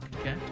Okay